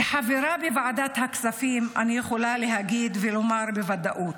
כחברה בוועדת הכספים אני יכולה להגיד ולומר בוודאות: